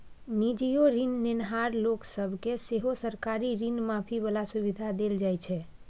निजीयो ऋण नेनहार लोक सब केँ सेहो सरकारी ऋण माफी बला सुविधा देल जाइ छै